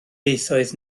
ieithoedd